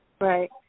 Right